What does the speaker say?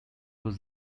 was